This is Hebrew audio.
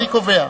אני קובע.